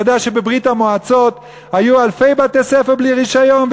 אתה יודע שבברית-המועצות היו אלפי בתי-ספר בלי רישיון,